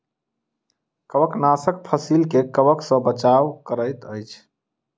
कवकनाशक फसील के कवक सॅ बचाव करैत अछि